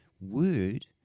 word